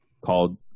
called